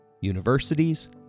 universities